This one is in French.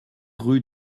rue